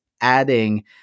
adding